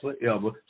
forever